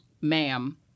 Ma'am